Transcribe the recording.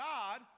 God